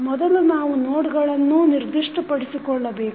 ಮೊದಲು ನಾವು ನೋಡ್ಗಳನ್ನು ನಿರ್ದಿಷ್ಟಪಡಿಸಿಕೊಳ್ಳಬೇಕು